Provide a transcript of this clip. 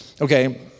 Okay